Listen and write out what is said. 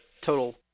total